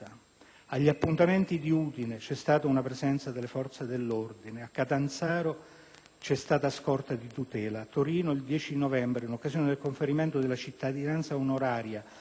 Agli appuntamenti di Udine c'è stata una presenza di forze dell'ordine; a Catanzaro c'è stata scorta di tutela. A Torino, il 10 novembre, in occasione del conferimento della cittadinanza onoraria,